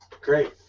Great